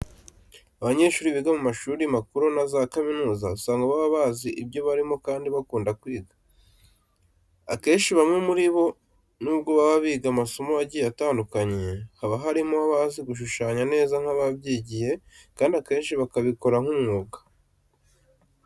Abanyeshuri biga mu mashuri makuru na za kaminuza usanga baba bazi ibyo barimo kandi bakunda kwiga. Akenshi bamwe muri bo nubwo baba biga amasomo agiye atandukanye, haba harimo abazi gushushanya neza nk'ababyigiye kandi akenshi bakabikora nk'umwuga.